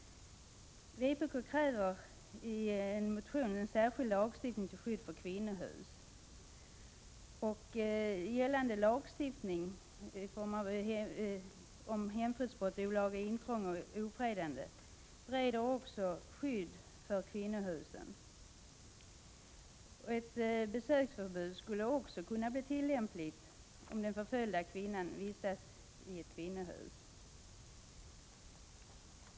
Vpk kräver i en motion särskild lagstiftning till skydd för kvinnohus. Gällande lagstiftning om hemfridsbrott, olaga intrång och ofredande ger ett skydd också för kvinnohusen. Ett besöksförbud skulle också kunna bli tillämpligt om den förföljda kvinnan vistas i ett kvinnohus.